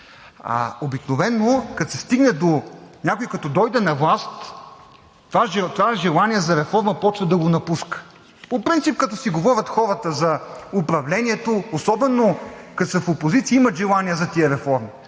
– обикновено някой като дойде на власт, това желание за реформа започва да го напуска. По принцип като си говорят хората за управлението, особено като са в опозиция, имат желание за тези реформи,